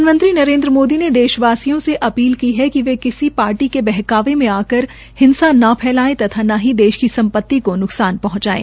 प्रधानमंत्री नरेन्द्र मोदी ने देश वासियों से अपील की है कि वे किसी पार्टी के बहकावे आकर हिंसा न फैलायें तथा न ही देश की सम्पति का न्कसान पहंचाये